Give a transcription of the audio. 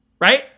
Right